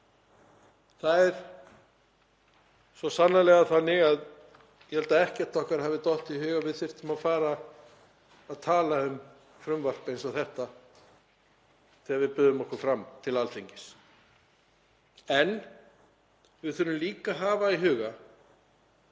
Það er svo sannarlega þannig að ég held að engu okkar hafi dottið í hug að við þyrftum að fara að tala um frumvarp eins og þetta þegar við buðum okkur fram til Alþingis. En við þurfum líka að hafa í huga